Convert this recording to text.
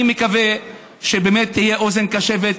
אני מקווה שבאמת תהיה אוזן קשבת,